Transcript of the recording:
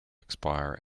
expire